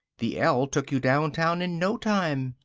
the el took you downtown in no time.